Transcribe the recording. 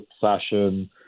fashion